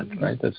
right